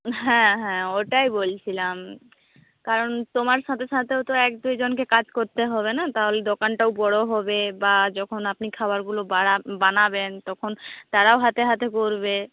হ্যাঁ হ্যাঁ ওটাই বলছিলাম কারণ তোমার সাথে সাথেও তো এক দুইজনকে কাজ করতে হবে না তাহলে দোকানটাও বড়ো হবে বা যখন আপনি খাবারগুলো বানাবেন তখন তারাও হাতে হাতে গড়বে